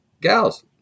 Gals